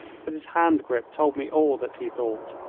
but his hand-grip told me all that he thought.